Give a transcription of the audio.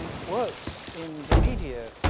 works in the media,